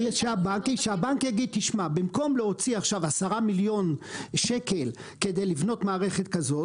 שהבנק יגיד שבמקום להוציא עכשיו 10 מיליון שקלים כדי לבנות מערכת כזאת,